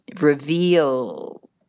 reveal